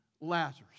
Lazarus